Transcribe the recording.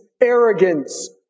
arrogance